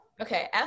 Okay